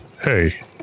hey